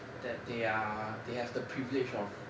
that they are they have the privilege of